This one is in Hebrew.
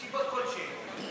מסיבות כלשהן,